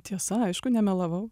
tiesa aišku nemelavau